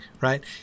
right